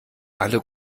alle